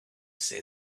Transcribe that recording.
say